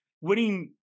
Winning